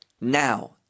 now